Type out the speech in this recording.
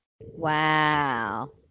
Wow